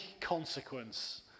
consequence